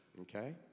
okay